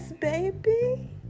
baby